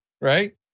right